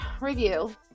review